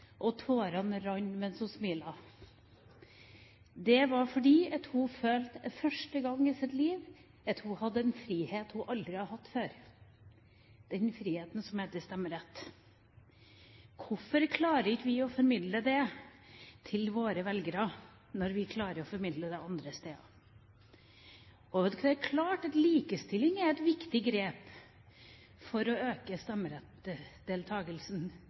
og tårene rant mens hun smilte. Det var fordi hun følte, for første gang i sitt liv, at hun hadde en frihet hun aldri hadde før – den friheten som heter stemmerett. Hvorfor klarer ikke vi å formidle det til våre velgere, når vi klarer å formidle det andre steder? Det er klart at likestilling er et viktig grep for å øke